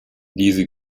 diese